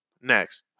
Next